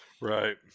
Right